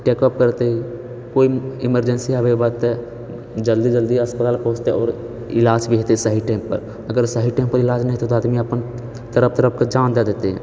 tech up करतै कोइ emergency आबै वक्त तऽ जल्दी जल्दी अस्पताल पहुँचतै आओर इलाज भी हेतै सही टाइम पर अगर सही टाइम पर इलाज नहि हेतै तऽ आदमी तड़प तड़प कऽ जान दए देतै